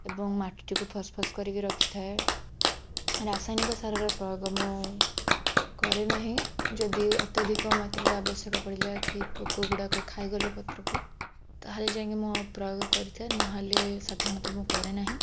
ଏବଂ ମାଟିକୁ ଫସ୍ଫସ୍ କରିକି ରଖିଥାଏ ରାସାୟନିକ ସାରର ପ୍ରୟୋଗ ମୁଁ କରେ ନାହିଁ ଯଦି ଅତ୍ୟଧିକ ମାତ୍ରାରେ ଆବଶ୍ୟକ ପଡ଼ିଲା କି ପୋକ ଗୁଡ଼ାକ ଖାଇ ଗଲେ ପତ୍ରକୁ ତାହେଲେ ଯାଇକି ମୁଁ ଯାଇ ପ୍ରୟୋଗ କରିଥାଏ ନହେଲେ ସାଧାରଣତଃ ମୁଁ କରେ ନାହିଁ